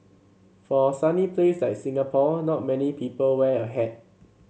for a sunny place like Singapore not many people wear a hat